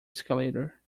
escalator